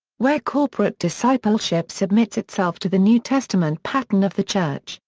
where corporate discipleship submits itself to the new testament pattern of the church,